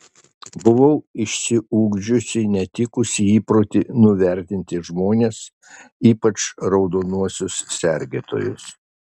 buvau išsiugdžiusi netikusį įprotį nuvertinti žmones ypač raudonuosius sergėtojus